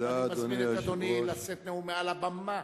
אני מזמין את אדוני לשאת נאום מעל הבמה.